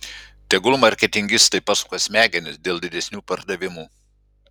tegul marketingistai pasuka smegenis dėl didesnių pardavimų